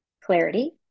clarity